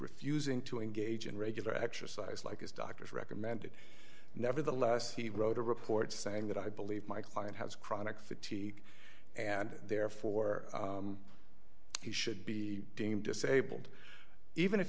refusing to engage in regular exercise like his doctors recommended nevertheless he wrote a report saying that i believe my client has chronic fatigue and therefore he should be deemed disabled even if